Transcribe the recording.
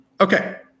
Okay